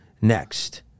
next